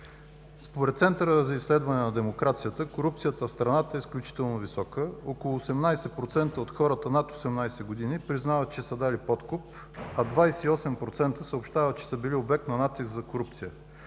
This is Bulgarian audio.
според Центъра за изследване на демокрацията, корупцията в страната е изключително висока – около 18% от хората над 18 години признават, че са дали подкуп, а 28% съобщават, че са били обект на натиск за корупция.